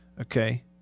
Okay